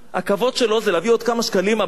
הכבוד שלו זה להביא עוד כמה שקלים הביתה